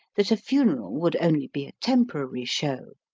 that a funeral would only be a temporary show,